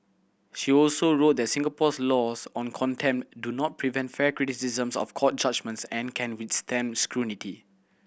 she also wrote that Singapore's laws on contempt do not prevent fair criticisms of court judgements and can withstand scrutiny